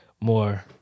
more